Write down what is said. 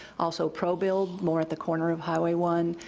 also pro build, more at the corner of highway one,